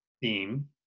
theme